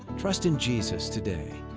trust in jesus today.